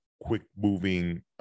quick-moving